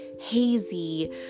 hazy